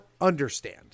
understand